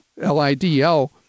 L-I-D-L